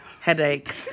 Headache